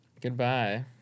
goodbye